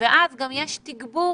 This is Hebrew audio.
ואז יש תגבור